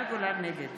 נגד